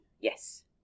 Yes